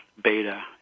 beta